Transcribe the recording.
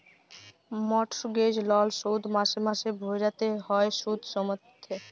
mortgage লল শোধ মাসে মাসে ভ্যইরতে হ্যয় সুদ সমেত